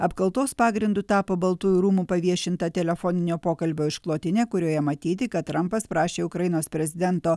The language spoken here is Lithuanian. apkaltos pagrindu tapo baltųjų rūmų paviešinta telefoninio pokalbio išklotinė kurioje matyti kad trampas prašė ukrainos prezidento